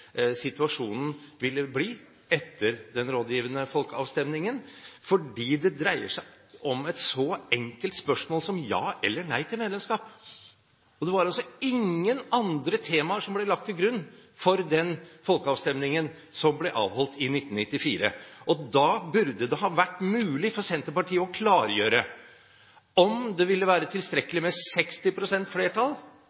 situasjonen ville bli etter den rådgivende folkeavstemningen, fordi det dreier seg om et så enkelt spørsmål som et ja eller nei til medlemskap. Det var altså ingen andre temaer som ble lagt til grunn for den folkeavstemningen som ble avholdt i 1994. Da burde det ha vært mulig for Senterpartiet å klargjøre om det ville være